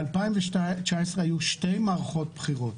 ב-2019 היו שתי מערכות בחירות,